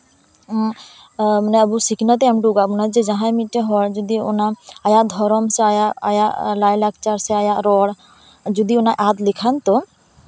ᱟᱵᱚ ᱥᱤᱠᱷᱱᱟᱹᱛᱮᱭ ᱮᱢ ᱦᱚᱴᱚᱣᱟᱠᱟᱫ ᱵᱚᱱᱟᱭ ᱡᱮ ᱡᱟᱦᱟᱸᱭ ᱢᱤᱫᱴᱮᱱ ᱦᱚᱲ ᱟᱵᱚ ᱟᱭᱟᱜ ᱫᱷᱚᱨᱚᱢ ᱥᱮ ᱟᱭᱟᱜ ᱟᱭᱟᱜ ᱞᱟᱭᱼᱞᱟᱠᱪᱟᱨ ᱥᱮ ᱟᱭᱟᱜ ᱨᱚᱲ ᱡᱩᱫᱤ ᱚᱱᱟᱭ ᱟᱫ ᱞᱮᱠᱷᱟᱱ ᱛᱚ